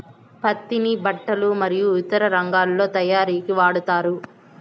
పత్తిని బట్టలు మరియు ఇతర రంగాలలో తయారీకి వాడతారు